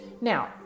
Now